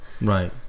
Right